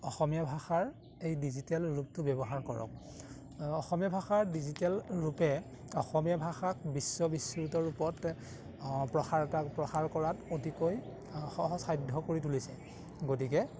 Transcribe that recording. অসমীয়া ভাষাৰ এই ডিজিটেল ৰূপটো ব্যৱহাৰ কৰক অসমীয়া ভাষাৰ ডিজিটেল ৰূপে অসমীয়া ভাষাক বিশ্ববিশ্ৰুত ৰূপত প্ৰসাৰতা প্ৰসাৰ কৰাত অতিকৈ সহজসাধ্য কৰি তুলিছে গতিকে